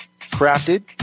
Crafted